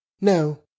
no